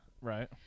Right